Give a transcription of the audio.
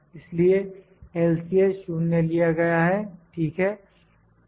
इसलिए LCL 0 लिया गया है ठीक है